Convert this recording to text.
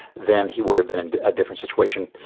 then he would have been in a different situation.